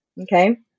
Okay